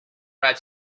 red